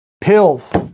pills